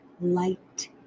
light